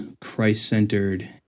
Christ-centered